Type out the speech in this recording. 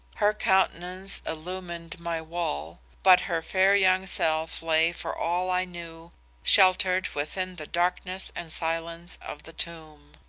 her countenance illumined my wall, but her fair young self lay for all i knew sheltered within the darkness and silence of the tomb.